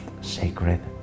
sacred